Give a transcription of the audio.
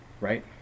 right